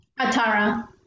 Atara